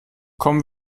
kommen